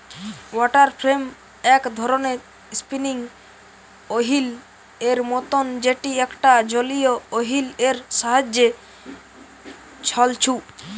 water frame এক ধরণের spinning wheel এর মতন যেটি একটা জলীয় ওহীল এর সাহায্যে ছলছু